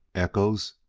echoes!